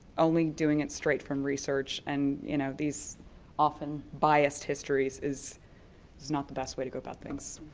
only doing it straight from research and, you know, these often biased histories is is not the best way to go about things.